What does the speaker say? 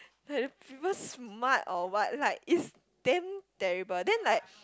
like the people smart or what like is damn terrible then like